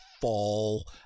fall